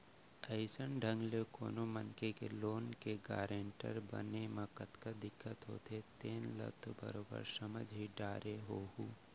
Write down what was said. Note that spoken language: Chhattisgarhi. अइसन ढंग ले कोनो मनखे के लोन के गारेंटर बने म कतका दिक्कत होथे तेन ल तो बरोबर समझ ही डारे होहूँ